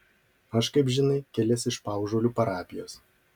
aš kaip žinai kilęs iš paužuolių parapijos